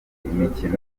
imikino